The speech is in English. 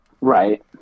Right